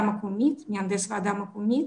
ועדה מקומית, מהנדס ועדה מקומית.